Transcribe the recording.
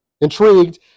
Intrigued